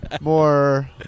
more